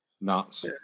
Nuts